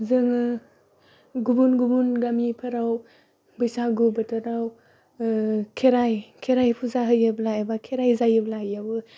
जोङो गुबुन गुुबुन गामिफोराव बैसागु बोथोराव खेराइ खेराइ फुजा होयोब्ला एबा खेराइ जायोब्ला इयावबो